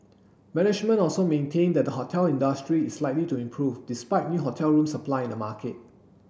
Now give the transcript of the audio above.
management also maintained that the hotel industry is likely to improve despite new hotel room supply in the market